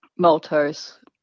maltose